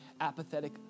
apathetic